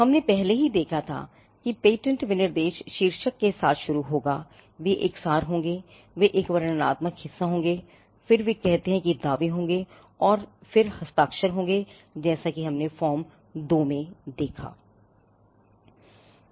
हमने पहले ही देखा था कि पेटेंट विनिर्देश शीर्षक के साथ शुरू होगा वे एक सार होंगे वे एक वर्णनात्मक हिस्सा होंगे फिर वे कहते हैं कि दावे होंगे और फिर वे हस्ताक्षर होंगे जैसे कि हमने फॉर्म 2 में देखा था